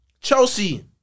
Chelsea